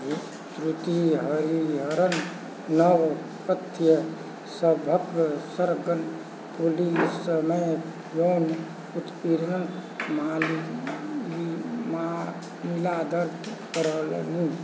श्रुति हरिहरन नव कथ्य सबके सङ्ग पुलिसमे यौन उत्पीड़न मामि मामिला दर्ज करौलनि